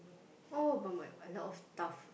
I want to buy a lot of stuff